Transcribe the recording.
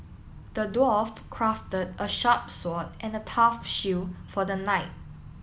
the dwarf crafted a sharp sword and a tough shield for the knight